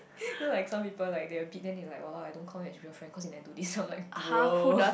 you know like some people like they a bit then they like !walao! I don't call you as real friend cause you never do this I'm like bro